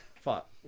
Fuck